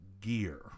gear